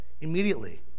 immediately